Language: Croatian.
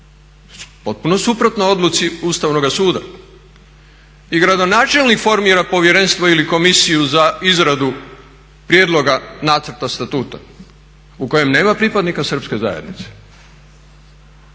Potpuno suprotno odluci Ustavnoga suda. I gradonačelnik formira povjerenstvo ili komisiju za izradu prijedloga nacrta Statuta u kojem nema pripadnika srpske zajednice.